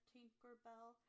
Tinkerbell